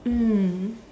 mm